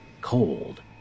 Cold